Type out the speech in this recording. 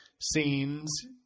scenes